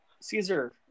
Caesar